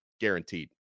guaranteed